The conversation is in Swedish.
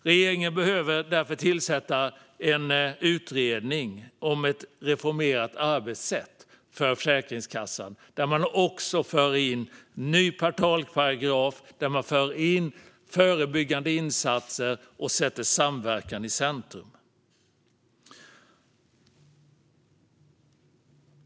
Regeringen behöver därför tillsätta en utredning om ett reformerat arbetssätt för Försäkringskassan, där man också för in en ny portalparagraf för förebyggande insatser och sätter samverkan i centrum.